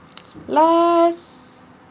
last